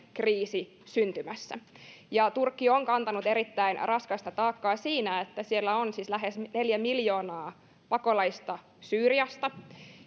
kriisi syntymässä turkki on kantanut erittäin raskasta taakkaa siinä että siellä on siis lähes neljä miljoonaa pakolaista syyriasta